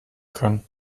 können